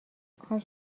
کاش